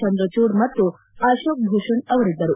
ಚಂದ್ರಚೂಡ್ ಮತ್ತು ಅಶೋಕ್ ಭೂಷಣ್ ಅವರಿದ್ದರು